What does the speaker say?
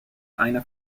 einer